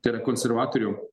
tai yra konservatorių